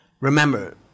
Remember